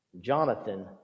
Jonathan